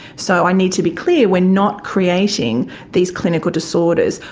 so i need to be clear, we're not creating these clinical disorders,